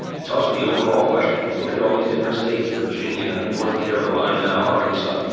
it's also the overall question. you look at all these different states, virginia, north carolina, arkansas.